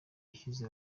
yashyize